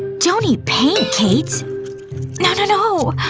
tony pann cates no no no